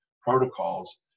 protocols